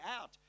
out